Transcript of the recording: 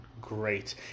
great